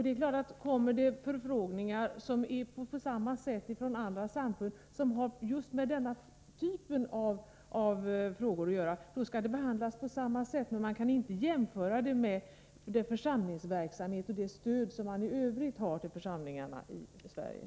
Det är klart att om det kommer liknande framställningar från andra samfund som har med just denna typ av frågor att göra skall de behandlas på samma sätt. Men man kan inte göra en jämförelse med det stöd till församlingsverksamheten som i övrigt ges till församlingarna i Sverige.